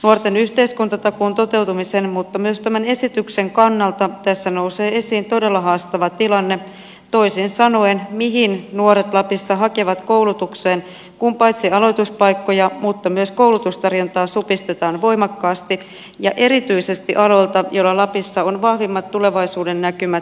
nuorten yhteiskuntatakuun toteutumisen mutta myös tämän esityksen kannalta tässä nousee esiin todella haastava tilanne toisin sanoen mihin nuoret lapissa hakevat koulutukseen kun paitsi aloituspaikkoja myös koulutustarjontaa supistetaan voimakkaasti ja erityisesti aloilta joilla lapissa on vahvimmat tulevaisuudennäkymät